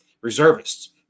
reservists